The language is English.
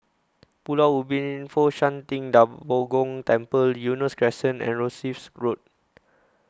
Pulau Ubin Fo Shan Ting DA Bo Gong Temple Eunos Crescent and Rosyth Road